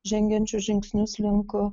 žengiančių žingsnius link